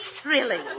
thrilling